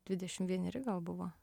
dvidešim vieneri gal buvo